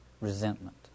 resentment